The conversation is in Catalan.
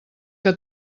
que